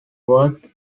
worth